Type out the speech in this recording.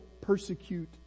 persecute